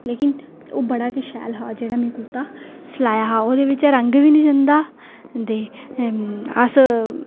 लेकिन ओह् बड़ा गै शैल हा जेह्ड़ा कुरता में सिलाया हा ओह्दे बिच्चा रंग बी निं जंदा ते अस